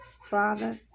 Father